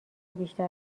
بیشتر